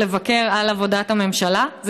או לבקר את עבודת הממשלה?